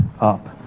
up